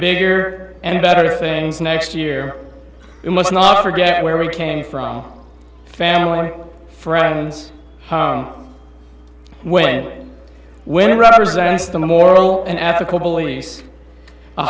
bigger and better things next year it must not forget where we came from family friends when women represent us the moral and ethical beliefs